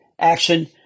action